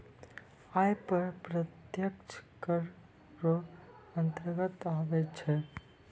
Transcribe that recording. आय कर प्रत्यक्ष कर रो अंतर्गत आबै छै